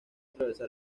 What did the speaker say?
atravesar